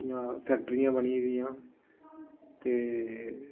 जि'यां फैक्टरियां बनी गेदियां ते